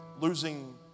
losing